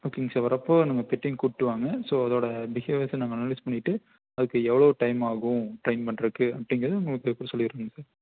ஓகேங்க சார் வரப்போ நம்ம பெட்டையும் கூட்டுவாங்க ஸோ அதோட பிஹேவியர்ஸை நாங்கள் அனலைஸ் பண்ணிட்டு அதுக்கு எவ்வளோ டைம் ஆகும் ட்ரைன் பண்ணுறதுக்கு அப்படிங்குறத உங்களுக்கு இப்போயே சொல்லிடுறோங்க சார்